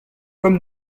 comme